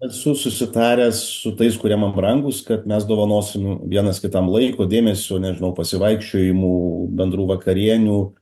esu susitaręs su tais kurie man brangūs kad mes dovanosim vienas kitam laiko dėmesio nežinau pasivaikščiojimų bendrų vakarienių